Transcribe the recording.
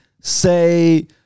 say